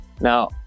Now